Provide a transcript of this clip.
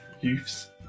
youths